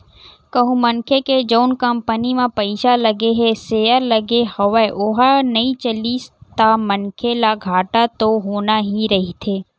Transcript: कहूँ मनखे के जउन कंपनी म पइसा लगे हे सेयर लगे हवय ओहा नइ चलिस ता मनखे ल घाटा तो होना ही रहिथे